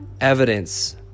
evidence